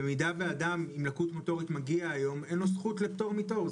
במידה שאדם עם לקות מוטורית מגיע היום אין לו זכות לפטור מתור,